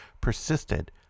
persisted